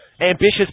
Ambitious